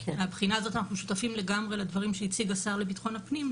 מהבחינה הזאת אנחנו שותפים לגמרי לדברים שהציג השר לביטחון פנים,